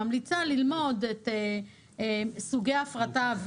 אני ממליצה ללמוד את סוגי ההפרטה,